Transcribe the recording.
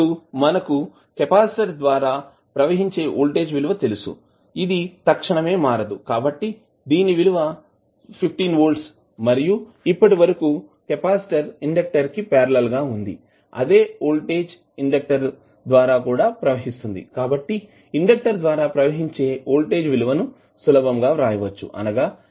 ఇప్పుడు మనకు కెపాసిటర్ ద్వారా ప్రవహించే వోల్టేజ్ విలువ తెలుసు ఇది తక్షణమే మారదు కాబట్టి దీని విలువ 15 వోల్ట్స్ మరియు ఇప్పటివరకు కెపాసిటర్ ఇండెక్టర్ కి పార్లల్ గా ఉంది అదే వోల్టేజ్ ఇండెక్టర్ ద్వారా కూడా ప్రవహిస్తుంది కాబట్టి ఇండెక్టర్ ద్వారా ప్రవహించే వోల్టేజ్ విలువ ని సులభంగా వ్రాయచ్చు అనగాఅవుతుంది